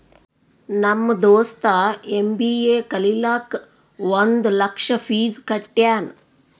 ನಮ್ ದೋಸ್ತ ಎಮ್.ಬಿ.ಎ ಕಲಿಲಾಕ್ ಒಂದ್ ಲಕ್ಷ ಫೀಸ್ ಕಟ್ಯಾನ್